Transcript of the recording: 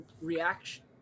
reaction